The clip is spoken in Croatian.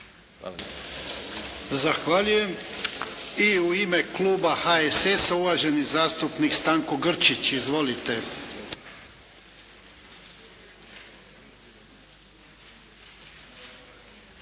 Zahvaljujem. I u ime kluba HSS-a uvaženi zastupnik Stanko Grčić. Izvolite.